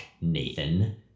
Nathan